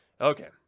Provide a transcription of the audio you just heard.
okay